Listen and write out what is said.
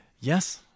Yes